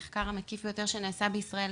המחקר המקיף ביותר שנעשה בישראל,